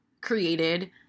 created